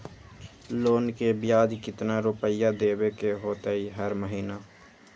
Loan के ब्याज कितना रुपैया देबे के होतइ हर महिना?